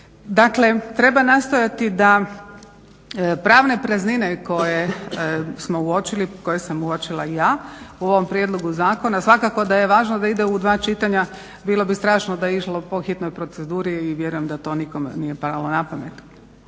Dakle, treba nastojati da pravne praznine koje smo uočili, koje sam uočila ja u ovom prijedlogu zakona svakako da je važno da ide u dva čitanja, bilo bi strašno da je išlo po hitnoj proceduri i vjerujem da to nikome nije palo na pamet.